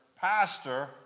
pastor